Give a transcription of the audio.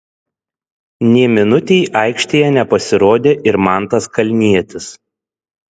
nė minutei aikštėje nepasirodė ir mantas kalnietis